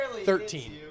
Thirteen